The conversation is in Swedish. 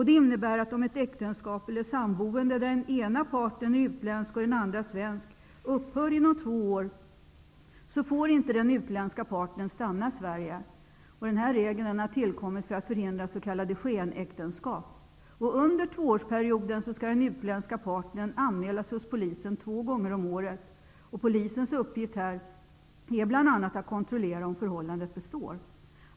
Den innebär att om ett äktenskap eller samboende, där den ena partnern är utländsk och den andra svensk, upphör inom två år, får inte den utländska partnern stanna i Sverige. Regeln har tillkommit för att förhindra s.k. skenäktenskap. Under tvåårsperioden skall den utländska partnern anmäla sig hos polisen två gånger om året. Polisens uppgift är bl.a. att kontrollera om förhållandet består.